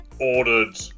ordered